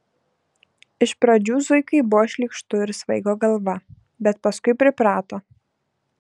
iš pradžių zuikai buvo šlykštu ir svaigo galva bet paskui priprato